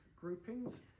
groupings